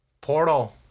Portal